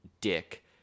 dick